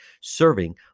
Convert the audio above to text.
Serving